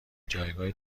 جایگاه